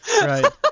Right